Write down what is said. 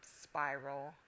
spiral